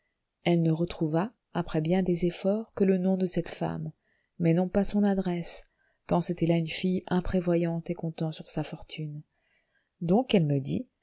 elle ne retrouva après bien des efforts que le nom de cette femme mais non pas son adresse tant c'était là une fille imprévoyante et comptant sur sa fortune donc elle me dit